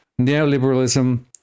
Neoliberalism